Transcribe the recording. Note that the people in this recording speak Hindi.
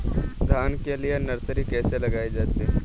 धान के लिए नर्सरी कैसे लगाई जाती है?